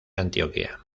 antioquia